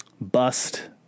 bust